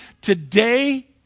Today